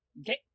Okay